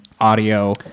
audio